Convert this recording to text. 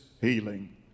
healing